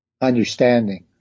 understanding